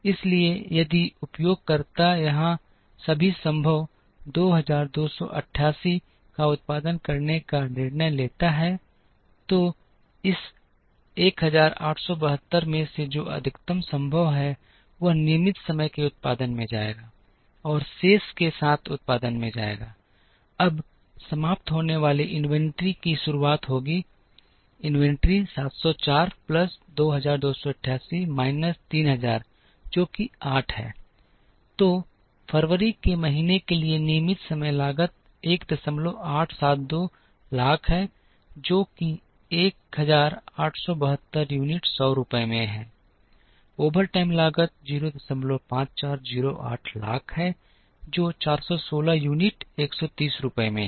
इसलिए यदि उपयोगकर्ता यहां सभी संभव 2288 का उत्पादन करने का निर्णय लेता है तो इस 1872 में से जो अधिकतम संभव है वह नियमित समय के उत्पादन में जाएगा और शेष समय के साथ उत्पादन में जाएगा अब समाप्त होने वाली इन्वेंट्री की शुरुआत होगी इन्वेंट्री 704 प्लस 2288 माइनस 3000 जो कि माइनस 8 है तो फरवरी के महीने के लिए नियमित समय लागत 1872 लाख है जो कि 1872 यूनिट 100 रुपये में है ओवरटाइम लागत 05408 लाख है जो 416 यूनिट 130 रुपये में है